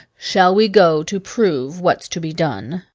shall we go to prove what's to be done?